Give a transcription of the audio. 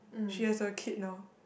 she has a kid now